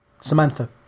Samantha